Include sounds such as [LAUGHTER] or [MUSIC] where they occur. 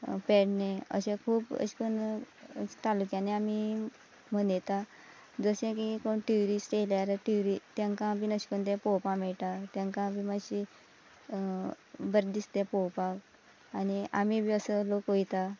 पेडणें अशें खूब अशें करून तालुक्यांनी आमी मनयता जशें की कोण ट्युरिस्ट येयल्यार [UNINTELLIGIBLE] तेंकां बीन अशें कोण तें पोवपाक मेळटा तेंका आमी मातशी बरें दिसता पोवपाक आनी आमी बी असो लोक वयता